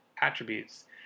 attributes